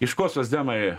iš ko socdemai